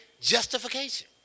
justification